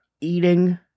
eating